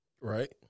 Right